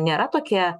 nėra tokie